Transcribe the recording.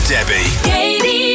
Debbie